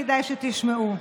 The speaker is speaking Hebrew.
כדאי שתשמעו.